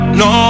no